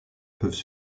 peuvent